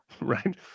right